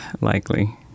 likely